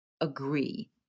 agree